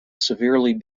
severely